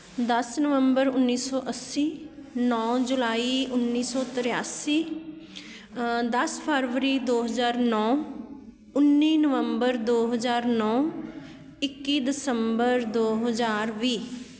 ਦਸ ਨਵੰਬਰ ਉੱਨੀ ਸੌ ਅੱਸੀ ਨੌ ਜੁਲਾਈ ਉੱਨੀ ਸੌ ਤ੍ਰਿਆਸੀ ਦਸ ਫਰਵਰੀ ਦੋ ਹਜ਼ਾਰ ਨੌ ਉੱਨੀ ਨਵੰਬਰ ਦੋ ਹਜ਼ਾਰ ਨੌ ਇੱਕੀ ਦਸੰਬਰ ਦੋ ਹਜ਼ਾਰ ਵੀਹ